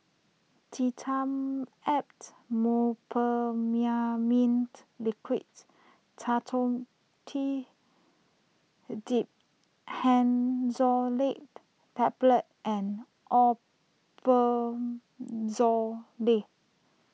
Dimetapp Brompheniramine Liquid Dhamotil Diphenoxylate Tablets and Omeprazole